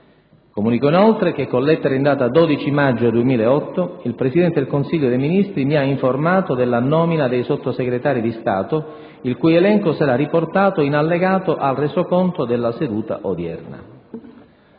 Comunico inoltre che, con lettera in data 12 maggio 2008, il Presidente del Consiglio dei ministri mi ha informato della nomina dei Sottosegretari di Stato, il cui elenco sarà riportato in allegato al Resoconto della seduta odierna.